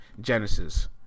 Genesis